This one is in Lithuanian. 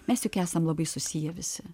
mes juk esam labai susiję visi